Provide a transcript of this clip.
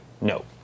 No